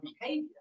behavior